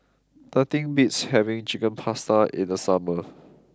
nothing beats having Chicken Pasta in the summer